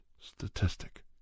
statistic